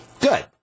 Good